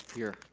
here.